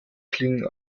klingen